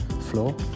floor